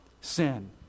sin